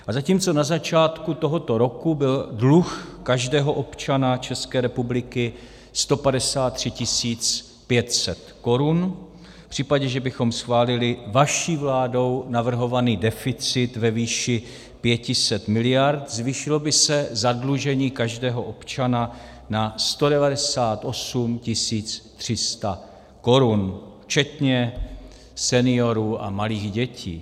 A zatímco na začátku tohoto roku byl dluh každého občana České republiky 153 500 korun, v případě, že bychom schválili vaší vládou navrhovaný deficit ve výši 500 miliard, zvýšilo by se zadlužení každého občana na 198 300 korun, včetně seniorů a malých dětí.